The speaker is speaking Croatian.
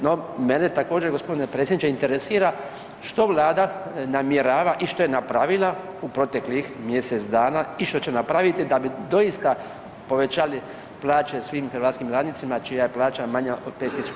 No, mene također gospodine predsjedniče interesira što Vlada namjerava i što je napravila u proteklih mjesec dana i što će napraviti da bi doista povećali plaće svim hrvatskim radnicima čija je plaća manja od 5.000 kuna.